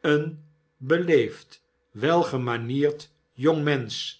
een beleefd welgemanierd jongmensch